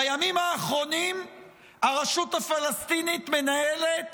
בימים האחרונים הרשות הפלסטינית מנהלת